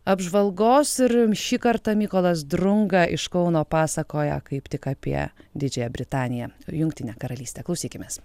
apžvalgos ir šį kartą mykolas drunga iš kauno pasakoja kaip tik apie didžiąją britaniją jungtinę karalystę klausykimės